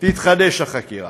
תתחדש החקירה.